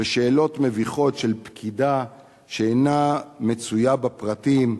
ושאלות מביכות של פקידה שאינה מצויה בפרטים,